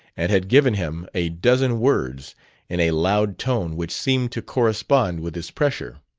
and had given him a dozen words in a loud tone which seemed to correspond with his pressure.